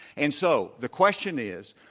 and so, the question is,